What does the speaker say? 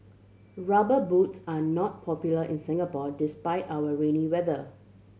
Rubber Boots are not popular in Singapore despite our rainy weather